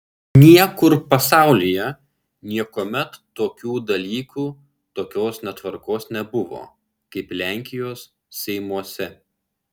niekur pasaulyje niekuomet tokių dalykų tokios netvarkos nebuvo kaip lenkijos seimuose